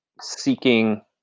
seeking